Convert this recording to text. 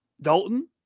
Dalton